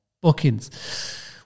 bookings